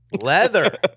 Leather